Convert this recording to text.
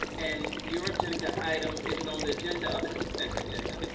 and your agenda item is it on the agenda or the consent agenda.